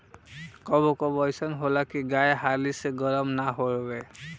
कबो कबो अइसन होला की गाय हाली से गरम ना होले